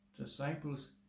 disciples